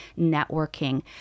networking